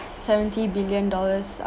seventy billion dollars